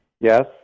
Yes